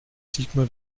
sigmar